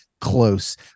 close